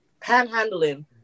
panhandling